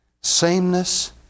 Sameness